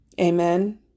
Amen